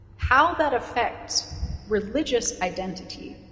how that affects religious identity,